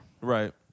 Right